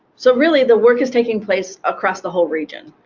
so really, the work is taking place across the whole region